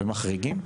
ומחריגים?